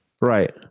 Right